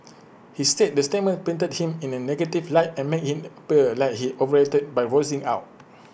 he said the statement painted him in A negative light and make IT appear like he overreacted by voicing out